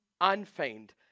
Unfeigned